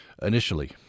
initially